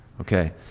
okay